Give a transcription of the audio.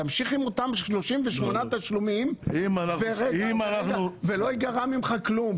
תמשיך עם אותם 38 תשלומים ולא ייגרע ממך כלום.